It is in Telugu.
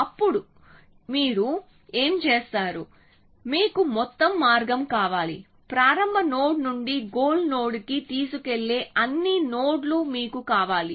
ఇప్పుడు మీరు ఏమి చేస్తారు మీకు మొత్తం మార్గం కావాలి ప్రారంభ నోడ్ నుండి గోల్ నోడ్కి తీసుకెళ్లే అన్ని నోడ్లు మీకు కావాలి